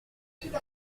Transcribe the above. c’est